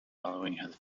following